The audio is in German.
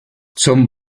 zum